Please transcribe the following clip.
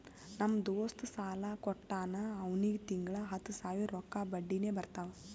ನಮ್ ದೋಸ್ತ ಸಾಲಾ ಕೊಟ್ಟಾನ್ ಅವ್ನಿಗ ತಿಂಗಳಾ ಹತ್ತ್ ಸಾವಿರ ರೊಕ್ಕಾ ಬಡ್ಡಿನೆ ಬರ್ತಾವ್